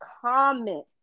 comment